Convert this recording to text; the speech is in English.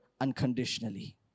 unconditionally